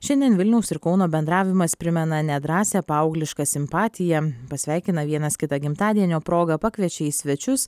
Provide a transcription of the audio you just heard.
šiandien vilniaus ir kauno bendravimas primena nedrąsią paauglišką simpatiją pasveikina vienas kitą gimtadienio proga pakviečia į svečius